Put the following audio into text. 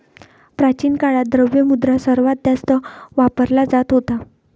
प्राचीन काळात, द्रव्य मुद्रा सर्वात जास्त वापरला जात होता